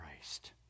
Christ